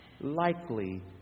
likely